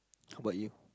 how about you